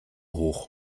hoch